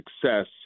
success